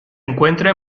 encuentra